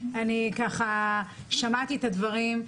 אני שמעתי את הדברים,